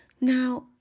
Now